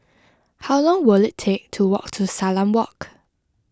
how long will it take to walk to Salam Walk